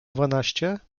dwanaście